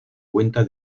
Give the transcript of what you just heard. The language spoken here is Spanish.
cuenta